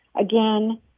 Again